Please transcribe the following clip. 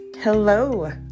Hello